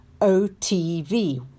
O-T-V